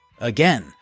Again